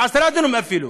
של 10 דונם אפילו,